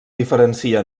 diferencia